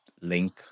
link